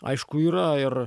aišku yra ir